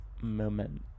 moment